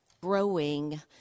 Growing